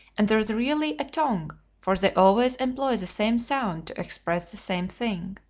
and there is really a tongue for they always employ the same sound to express the same thing.